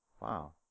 Wow